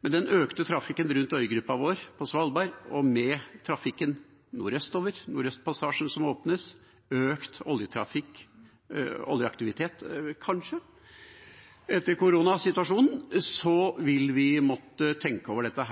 Med den økte trafikken rundt øygruppa vår på Svalbard, med trafikken nordøstover, Nordøstpassasjen som åpnes, og kanskje økt oljeaktivitet etter koronasituasjonen, vil vi måtte tenke over dette